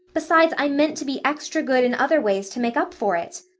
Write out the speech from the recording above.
besides, i meant to be extra good in other ways to make up for it.